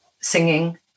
singing